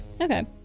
Okay